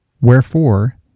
Wherefore